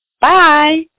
Bye